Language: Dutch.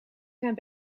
zijn